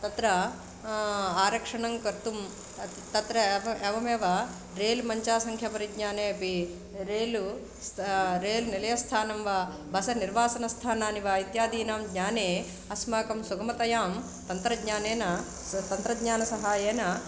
तत्र आरक्षणङ्कर्तुं अत् तत्रा एव एवमेव रेल् मञ्चासङ्ख्यपरिज्ञाने अपि रेल् स् रेल् निलयस्थानं वा बस् निर्वासनस्थानानि वा इत्यादीनां ज्ञाने अस्माकं सुगमतयां तन्त्रज्ञानेन स् तन्त्रज्ञानसहायेन